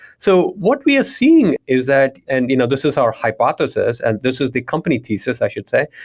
so what we're seeing is that and you know this is our hypothesis and this is the company thesis, i should say,